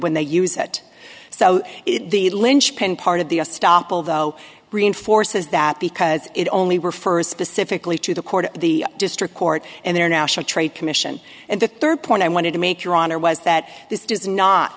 when they use it so it the linchpin part of the estoppel though reinforces that because it only refers specifically to the court the district court and their national trade commission and the third point i wanted to make your honor was that this does not